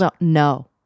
no